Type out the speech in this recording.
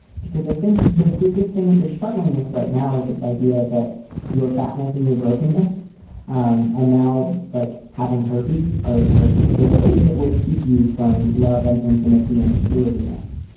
because i think the biggest thing that you're struggling with right now is this idea that your fatness and your brokenness um and now like having herpes are are the thing that will keep you from love and intimacy and worthiness.